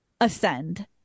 ascend